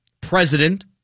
president